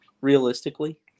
Realistically